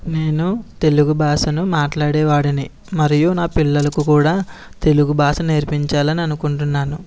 నేను తెలుగు భాషను మాట్లాడేవాడిని మరియు నా పిల్లలకు కూడా తెలుగు భాష నేర్పించాలని అనుకుంటున్నాను